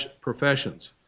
professions